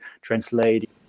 translate